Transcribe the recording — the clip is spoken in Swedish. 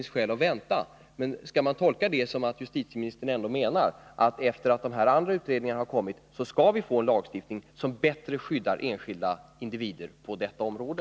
Skall man tolka det så att justitieministern ändå menar att efter det att utredningarna kommit skall vi få en lagstiftning som bättre skyddar enskilda individer på detta område?